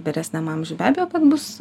vyresniam amžiui be abejo kad bus